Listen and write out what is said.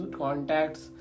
contacts